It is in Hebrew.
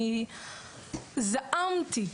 אני זעמתי.